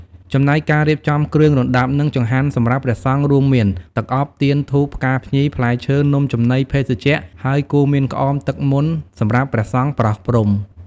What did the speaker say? ចំណែកការរៀបចំគ្រឿងរណ្តាប់ និងចង្ហាន់សម្រាប់ព្រះសង្ឃ រួមមាន ទឹកអប់ ទៀន ធូប ផ្កាភ្ញី ផ្លែឈើ នំចំណី ភេសជ្ជៈ ហើយ គួរមានក្អមទឹកមន្តសម្រាប់ព្រះសង្ឃប្រោះព្រំ។